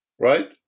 Right